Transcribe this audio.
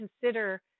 consider